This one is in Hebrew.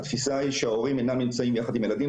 התפיסה היא שההורים אינם נמצאים ביחד עם הילדים,